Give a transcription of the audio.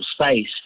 space